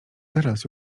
teraz